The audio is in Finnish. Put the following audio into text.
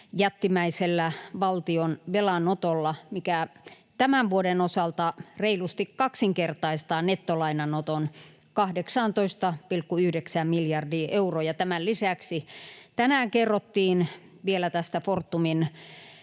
jättimäisellä valtion velanotolla, mikä tämän vuoden osalta reilusti kaksinkertaistaa nettolainanoton 18,9 miljardiin euroon. Tämän lisäksi tänään kerrottiin vielä tästä Fortumin